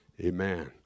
Amen